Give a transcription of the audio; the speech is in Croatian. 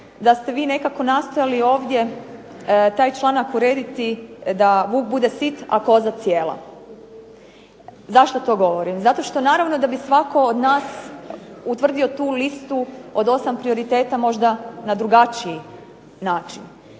da ste vi nekako nastojali ovdje taj članak urediti da vuk bude sit a koza cijela. Zašto to govorim? Zato što naravno da bi svatko od nas utvrdio tu listu od 8 prioriteta možda na drugačiji način.